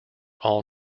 all